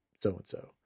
so-and-so